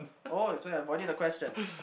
oh so you're avoiding the question